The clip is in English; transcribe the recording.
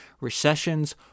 recessions